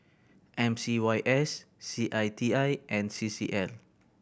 M C Y S C I T I and C C L